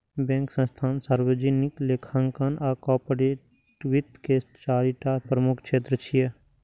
bank, संस्थान, सार्वजनिक लेखांकन आ कॉरपोरेट वित्त के चारि टा प्रमुख क्षेत्र छियै